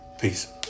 Peace